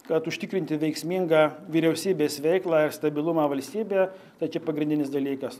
kad užtikrinti veiksmingą vyriausybės veiklą ir stabilumą valstybėje tai čia pagrindinis dalykas